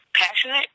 passionate